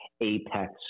apex